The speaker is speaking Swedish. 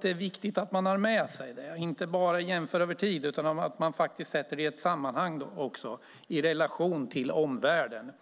Det är viktigt att man har med sig det och inte bara jämför över tid utan sätter det i ett sammanhang, i relation till omvärlden.